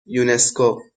یونسکو